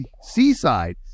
seaside